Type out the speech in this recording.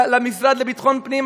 למשרד לביטחון פנים,